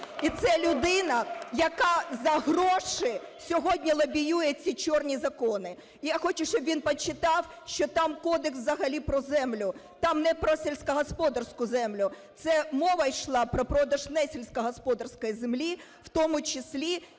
І це людина, яка за гроші сьогодні лобіює ці "чорні" закони. Я хочу, щоб він почитав, що там кодекс взагалі про землю, там не про сільськогосподарську землю. Це мова йшла про продаж не сільськогосподарської землі, в тому числі